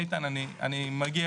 איתן, אני מגיע.